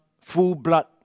full-blood